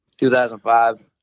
2005